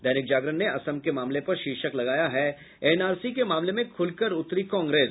दैनिक जागरण ने असम के मामले पर शीर्षक लगाया है एनआरसी के मामले में खुलकर उतरी कांग्रेस